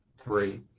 three